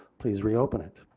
please reopen it.